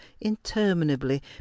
interminably